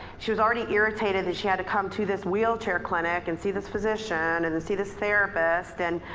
she was already irritated that she had to come to this wheelchair clinic and see this physician and and see this therapist and,